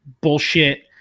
bullshit